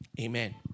Amen